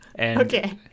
Okay